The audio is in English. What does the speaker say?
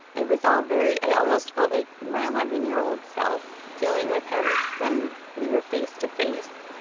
it was all very i almost felt like my eleven year old self dealing with him when we were face to face.